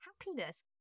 happiness